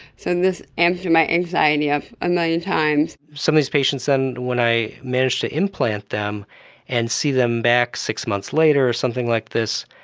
so this amped my anxiety up a million times. some of these patients then when i managed to implant them and see them back six months later, something like this,